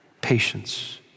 patience